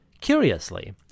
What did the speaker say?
Curiously